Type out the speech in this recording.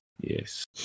yes